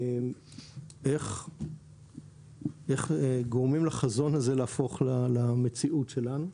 איך גורמים לחזון הזה להפוך למציאות שלנו?